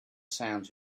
sounds